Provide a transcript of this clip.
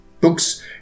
books